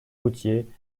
routiers